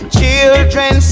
children